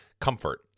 comfort